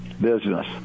business